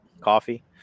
coffee